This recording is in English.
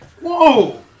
Whoa